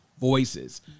voices